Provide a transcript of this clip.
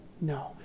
No